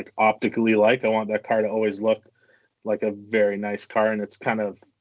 like optically like. i want that car to always look like a very nice car. and it's kind of,